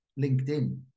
LinkedIn